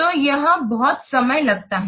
तो यह बहुत समय लगता है